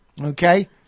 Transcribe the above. Okay